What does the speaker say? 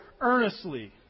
earnestly